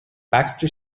baxter